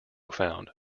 found